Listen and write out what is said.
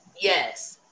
Yes